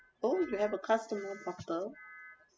oh you have a customer portal